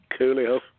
Coolio